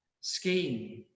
scheme